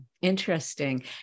interesting